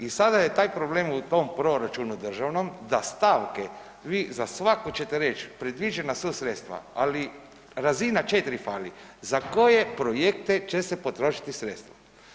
I sada je taj problem u tom proračunu državnom da stavke vi za svaku ćete reć predviđena su sredstva, ali razina 4 fali, za koje projekte će se potrošiti sredstva?